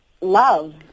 love